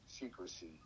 secrecy